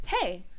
hey